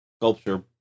sculpture